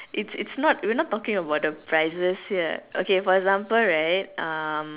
it's it's not we're not talking about the prizes here okay for example right